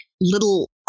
little